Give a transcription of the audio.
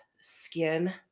skin